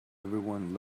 everyone